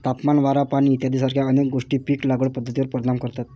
तापमान, वारा, पाणी इत्यादीसारख्या अनेक गोष्टी पीक लागवड पद्धतीवर परिणाम करतात